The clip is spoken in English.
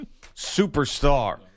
superstar